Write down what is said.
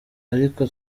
ariko